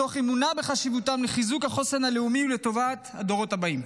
מתוך אמונה בחשיבותם לחיזוק החוסן הלאומי ולטובת הדורות הבאים.